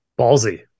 Ballsy